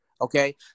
okay